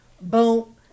Boom